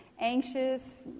anxious